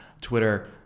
Twitter